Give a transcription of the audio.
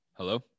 Hello